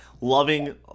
Loving